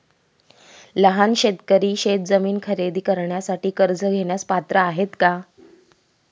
लहान शेतकरी शेतजमीन खरेदी करण्यासाठी कर्ज घेण्यास पात्र आहेत का?